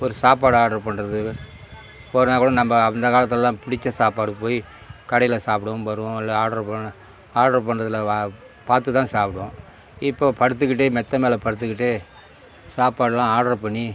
ஒரு சாப்பாடு ஆட்ரு பண்றது போனால் கூட நம்ம அந்த காலத்தில் எல்லாம் பிடிச்ச சாப்பாடு போய் கடையில் சாப்பிடுவோம் வருவோம் இல்லை ஆட்ரு பண்ணு ஆட்ரு பண்றதில் வ பார்த்து தான் சாப்பிடுவோம் இப்போது படுத்துக்கிட்டே மெத்தை மேலே படுத்துக்கிட்டே சாப்பாடுலாம் ஆட்ரு பண்ணி